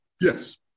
Yes